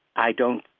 i don't